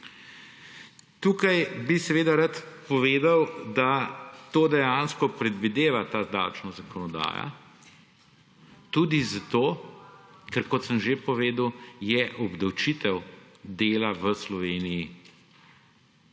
Tu bi rad povedal, da to dejansko predvideva ta davčna zakonodaja tudi zato, ker kot sem že povedal, je obdavčitev dela v Sloveniji